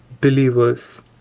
believers